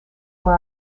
voor